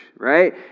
right